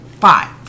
five